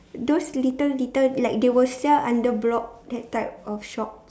those little little like they will sell under block that type of shop